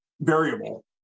variable